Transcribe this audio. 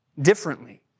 differently